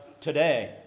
today